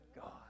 God